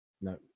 No